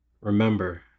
Remember